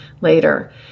later